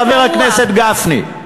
חבר הכנסת גפני.